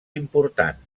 important